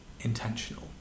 intentional